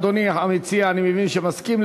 אדוני המציע, אני מבין שמסכים.